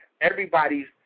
everybody's